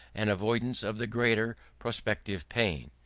and avoidance of the greater prospective pain.